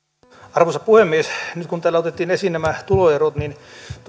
arvoisa puhemies nyt kun täällä otettiin esiin nämä tuloerot niin